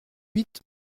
huit